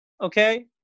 okay